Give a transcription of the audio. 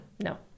No